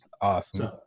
Awesome